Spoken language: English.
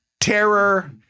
terror